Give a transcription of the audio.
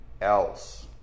else